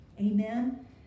amen